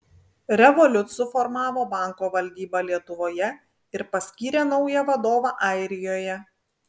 revolut suformavo banko valdybą lietuvoje ir paskyrė naują vadovą airijoje